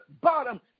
bottom